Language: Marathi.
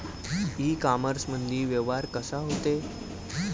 इ कामर्समंदी व्यवहार कसा होते?